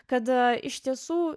kad iš tiesų